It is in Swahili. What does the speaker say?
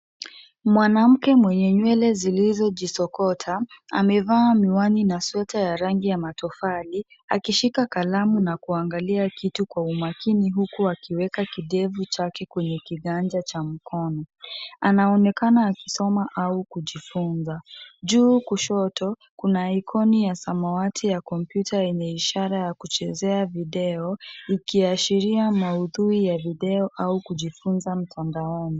mwanamke mwenye nywele zilizojisokota, amevaa miwani na sweta ya rangi ya matofali, akishika kalamu na kuangalia kitu kwa umakini huku akiweka kidevu chake kwenye kiganja cha mkono. Anaonekana akisoma au kujifunza. Juu kushoto, kuna ikoni ya samawati ya komputa yenye ishara ya kuchezea video, ikiashiria maudhui ya video au kujifunza mtandaoni.